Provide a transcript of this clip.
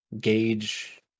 gauge